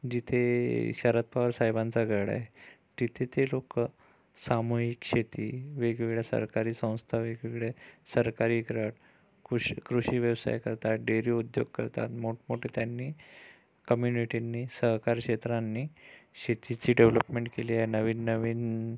जिथे शरद पवार साहेबांचा गड आहे तिथे ते लोक सामूहिक शेती वेगवेगळ्या सरकारी संस्था वेगवेगळे सरकारी गट कृष कृषी व्यवसाय करतात डेअरी उद्योग करतात मोठमोठे त्यांनी कम्युनिटींनी सहकार क्षेत्रांनी शेतीची डेव्हलपमेंट केली आहे नवीननवीन